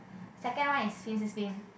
second one is spin spin spin